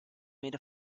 made